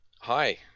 Hi